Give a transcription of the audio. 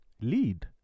lead